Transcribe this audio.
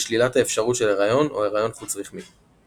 לשלילת האפשרות של הריון או הריון חוץ רחמי.